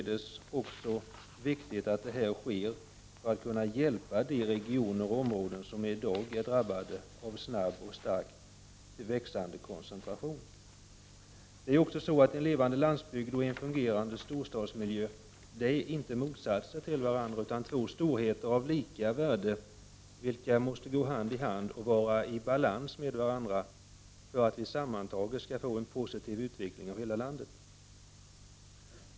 Det är viktigt att så sker för att de regioner som i dag är drabbade av den snabba och växande koncentrationen skall kunna få hjälp. En levande landsbygd och en fungerande storstadsmiljö är inte motsatser till varandra utan två storheter av lika värde, vilka måste gå hand i hand och vara i balans för att vi sammantaget skall få en positiv utveckling av hela landet.